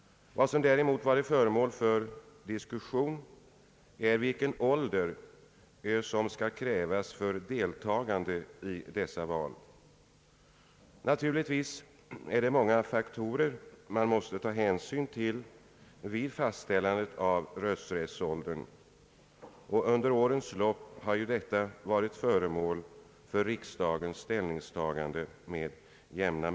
Vad som däremot har varit föremål för diskussion är frågan om vilken ålder som skall krävas för deltagande i dessa val. Naturligtvis måste man ta hänsyn till många faktorer vid fastställandet av en lämplig rösträttsålder. Under årens lopp har problemet med jämna mellanrum varit föremål för riksdagens ställningstagande.